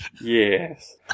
Yes